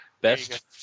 Best